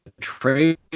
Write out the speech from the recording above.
trade